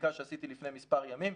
מבדיקה שעשיתי לפני מספר ימים,